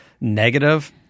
negative